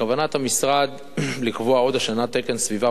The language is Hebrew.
בכוונת המשרד לקבוע עוד השנה תקן סביבה